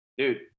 Dude